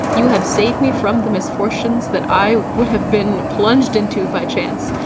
you have saved me from the misfortunes that i would have been plunged into, by chance,